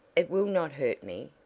it will not hurt me.